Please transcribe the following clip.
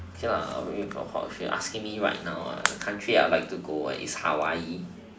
okay lah I really forgot if you're asking me right now the country I like to go is Hawaii